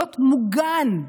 להיות מוגן.